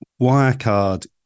Wirecard